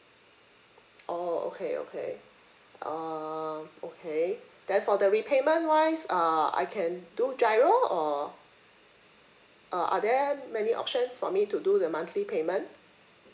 oh okay okay um okay then for the repayment wise uh I can do GIRO or uh are there many options for me to do the monthly payment